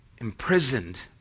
imprisoned